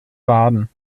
baden